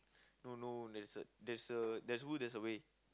no no there's a there's a there's a will there's a way